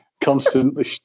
constantly